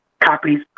Copies